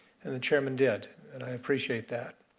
and the chairman did and i appreciate that.